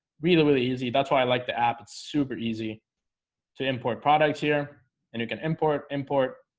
really really easy. that's why i like the app. it's super easy to import products here and you can import import